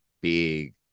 big